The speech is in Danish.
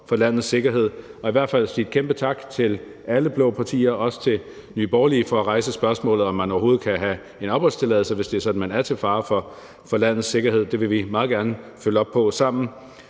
for landets sikkerhed. Og i hvert fald vil jeg sige en kæmpe tak til alle blå partier, også til Nye Borgerlige for at rejse spørgsmålet om, om man overhovedet kan have en opholdstilladelse, hvis det er sådan, at man er til fare for landets sikkerhed. Det vil vi meget gerne følge op på sammen